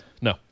No